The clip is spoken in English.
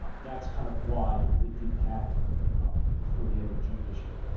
um that's kind of why it didn't happen before the end of june this year.